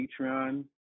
Patreon